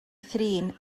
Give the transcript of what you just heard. thrin